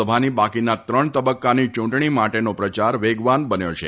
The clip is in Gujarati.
લોકસભાની બાકીના ત્રણ તબક્કાની ચૂંટણી માટેનો પ્રચાર વેગવાન બન્યો છે